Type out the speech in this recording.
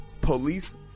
police